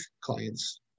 clients